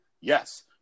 Yes